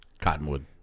Cottonwood